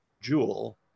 jewel